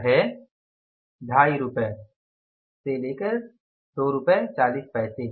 यह है Rs 25 -Rs24